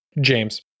James